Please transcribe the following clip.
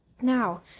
now